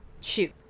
shoot